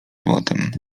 złotem